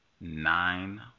nine